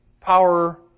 power